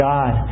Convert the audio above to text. God